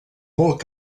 molt